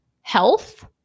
health